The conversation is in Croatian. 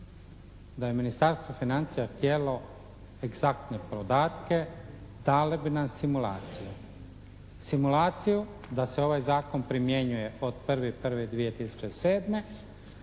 Da je ministarstvo financija htjelo egzaktne podatke dale bi nam simulaciju. Simulaciju da se ovaj zakon primjenjuje od 01.01.2007.